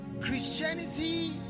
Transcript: Christianity